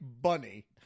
bunny